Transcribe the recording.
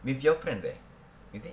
with your friend eh is it